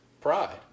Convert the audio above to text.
pride